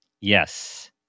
Yes